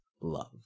love